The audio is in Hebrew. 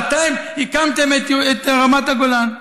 שאתם הקמתם את רמת הגולן.